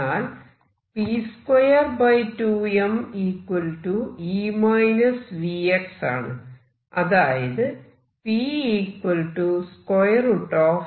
എന്നാൽ അതായത് ആണ്